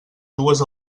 dues